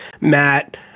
Matt